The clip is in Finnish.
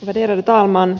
värderade talman